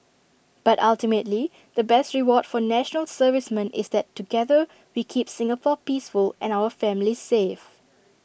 but ultimately the best reward for National Servicemen is that together we keep Singapore peaceful and our families safe